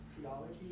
theology